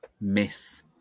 miss